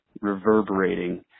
reverberating